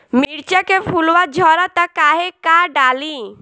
मिरचा के फुलवा झड़ता काहे का डाली?